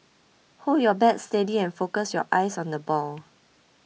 hold your bat steady and focus your eyes on the ball